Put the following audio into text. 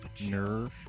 Nerve